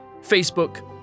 Facebook